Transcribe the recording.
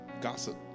Gossip